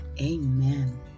amen